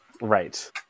Right